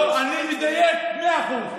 ב-2020, לא, אני מדייק במאה אחוז.